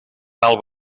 tal